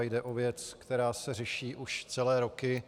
Jde o věc, která se řeší už celé roky.